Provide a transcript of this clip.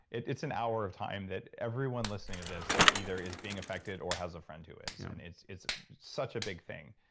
it's an hour of time that everyone listening to this either is being affected or has a friend who is. and it's it's such a big thing.